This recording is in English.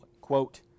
quote